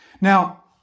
Now